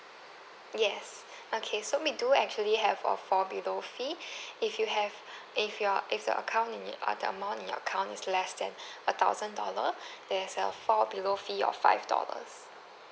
yes okay so we do actually have a fall below fee if you have if your if your account in your uh the amount in your account is less than a thousand dollar there's a fall below fee of five dollars